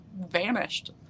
vanished